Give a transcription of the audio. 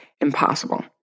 impossible